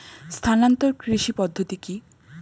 স্থানান্তর কৃষি পদ্ধতি কি?